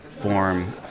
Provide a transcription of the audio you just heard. form